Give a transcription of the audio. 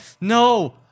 No